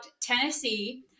Tennessee